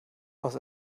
aus